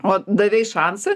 o davei šansą